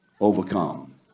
overcome